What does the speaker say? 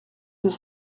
deux